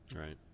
right